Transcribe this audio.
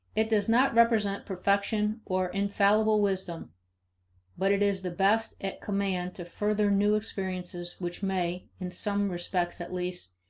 it does not represent perfection or infallible wisdom but it is the best at command to further new experiences which may, in some respects at least,